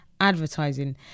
advertising